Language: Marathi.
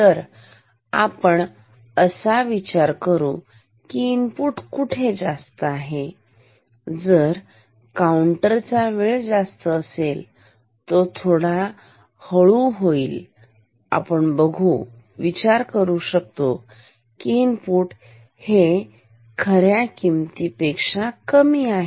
तर आपण असे विचार करू की इनपुट कुठे जास्त आहे जर काउंटर चा वेळ जास्त असेल तो थोडा हळू होईल आपण बघू विचार करू शकतो की इनपुट हे खऱ्या किमतीपेक्षा कमी आहे